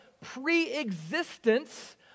pre-existence